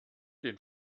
den